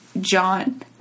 John